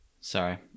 Sorry